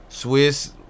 Swiss